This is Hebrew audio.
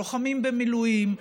לוחמים במילואים,